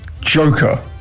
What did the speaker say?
Joker